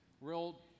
real